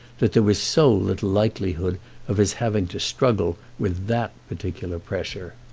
that there was so little likelihood of his having to struggle with that particular pressure.